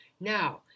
Now